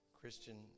Christian